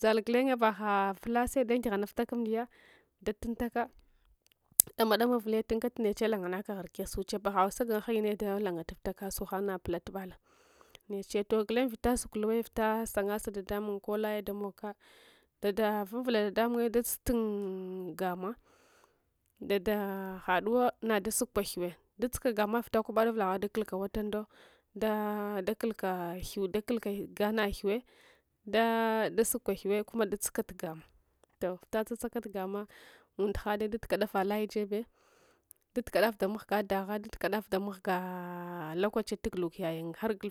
zhal gulenye hachad flase da ngighamafka amdiya daulatanta ka dama dama vile dakor neche langanaka ghuge suche bi hahad saganyuhana da langatataks suhan napita tasal neche to glen vita suk luwa vita sangasa datamun ko laya damogka dasa ulanan dadamum da tsinta gama dada hantuwa nada suk ba g’hiya datska gana vita hahad kulaba avlagla ma datska wata ndo da daklka hiwe da kika gana hiwe da sukka hiwe datska kuwa da tsatsaka gama to vita tsatsa kat gama umula shude dadkat daffa laya jeba daka daf damgha dagh dadaka daf damgha lokachi taghuk nayi har glf